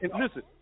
listen